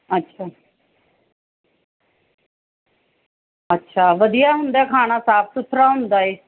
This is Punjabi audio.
ਅੱਛਾ ਅੱਛਾ ਵਧੀਆ ਹੁੰਦਾ ਖਾਣਾ ਸਾਫ਼ ਸੁਥਰਾ ਹੁੰਦਾ ਹੈ